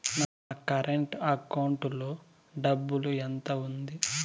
నా current account లో డబ్బులు ఎంత ఉంది?